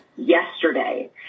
yesterday